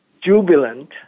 jubilant